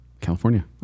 California